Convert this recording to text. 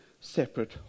separate